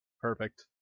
Perfect